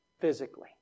physically